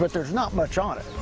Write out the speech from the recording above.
but there is not much on it.